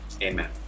Amen